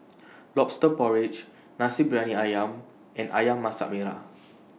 Lobster Porridge Nasi Briyani Ayam and Ayam Masak Merah